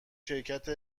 شرکت